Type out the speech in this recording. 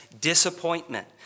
disappointment